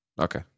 Okay